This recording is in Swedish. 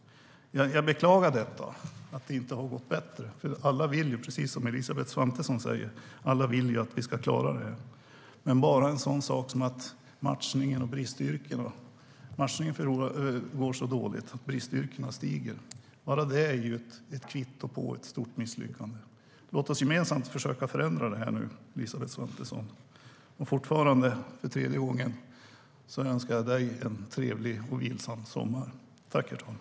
Jag beklagar att det inte har gått bättre. Alla vill, precis som Elisabeth Svantesson säger, att vi ska klara problemet. Bara en sådan sak som att matchningen i bristyrken går så dåligt är ett kvitto på ett stort misslyckande. Låt oss gemensamt försöka förändra detta, Elisabeth Svantesson. Fortfarande, för tredje gången, önskar jag dig en trevlig och vilsam sommar. : Detsamma! Detsamma!)